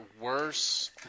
worse